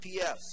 GPS